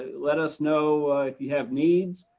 let us know if you have needs,